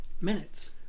minutes